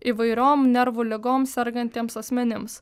įvairiom nervų ligom sergantiems asmenims